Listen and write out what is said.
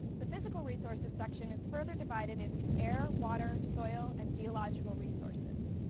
the physical resources section is further divided into air, water, soil and geological resources.